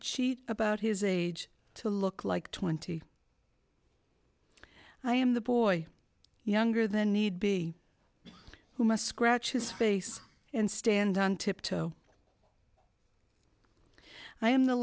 cheat about his age to look like twenty i am the boy younger than need be who must scratch his face and stand on tiptoe i am the